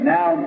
Now